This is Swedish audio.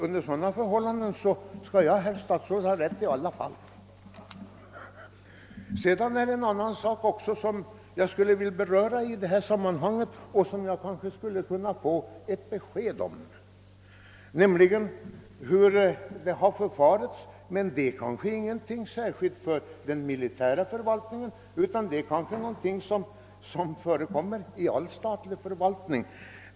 Under sådana förhållanden skulle jag ändå ha rätt, herr statsråd. Jag vill också i detta sammanhang beröra en annan fråga där jag kanske skulle kunna få ett besked. Vad jag syftar på är inte något som speciellt gäller den militära förvaltningen utan något som förekommer inom all stat lig förvaltning.